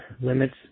Limits